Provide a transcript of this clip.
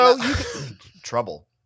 Trouble